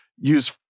use